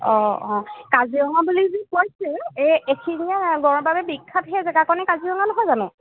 অঁ অঁ কাজিৰঙা বুলি যে কৈছে এই এশিঙীয়া গঁড়ৰ বাবে বিখ্যাত সেই জেগাকণেই কাজিৰঙা নহয় জানো